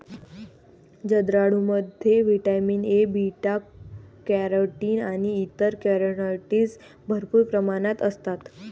जर्दाळूमध्ये vitamin A, beta carotene आणि इतर कॅरोटीनॉइड्स भरपूर प्रमाणात असतात